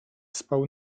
spał